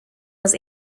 was